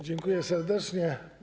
Dziękuję serdecznie.